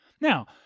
Now